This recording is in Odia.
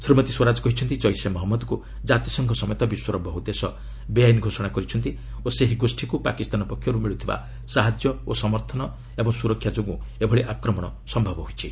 ଶ୍ରୀମତୀ ସ୍ୱରାଜ କହିଛନ୍ତି ଜୈସେ ମହମ୍ମଦକ୍ ଜାତୀସଂଘ ସମେତ ବିଶ୍ୱର ବହ୍ର ଦେଶ ାବଆଇନ ଘୋଷଣା କରିଛନ୍ତି ଓ ସେହି ଗୋଷ୍ଠୀକ୍ର ପାକିସ୍ତାନ ପକ୍ଷର୍ତ ମିଳ୍ଚଥିବା ସାହାଯ୍ୟ ସମର୍ଥନ ଓ ସ୍ୱରକ୍ଷା ଯୋଗୁଁ ଏଭଳି ଆକ୍ରମଣ ସମ୍ଭବ ହୋଇଛି